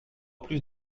plus